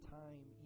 time